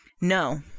No